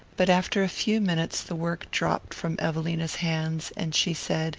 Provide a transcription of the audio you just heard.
but after a few minutes the work dropped from evelina's hands and she said